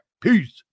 Peace